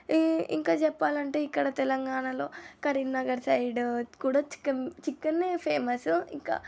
ఇంకా చెప్పాలంటే ఇక్కడ తెలంగాణలో కరీంనగర్ సైడ్ కూడా చికెన్ చికెనే ఫేమస్ ఇంకా